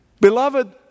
Beloved